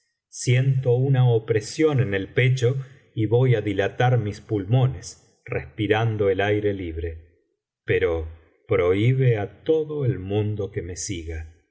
siento una opresión en el pecho y voy i dilatar mis pulmones respirando el aire libre pero prohibo á todo el mundo que me siga